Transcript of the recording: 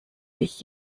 dich